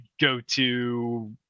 go-to